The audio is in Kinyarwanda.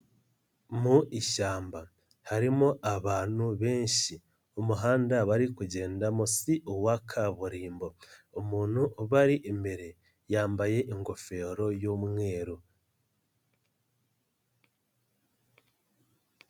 Mu ishyamba harimo abantu benshi, umuhanda bari kugenda mo si uwa kaburimbo, umuntu ubari imbere yambaye ingofero y'umweru.